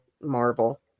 Marvel